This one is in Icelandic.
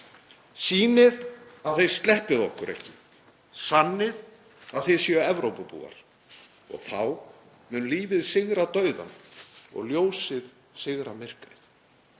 „Sýnið að þið sleppið okkur ekki. Sannið að þið séu Evrópubúar og þá mun lífið sigra dauðann og ljósið sigra myrkrið.“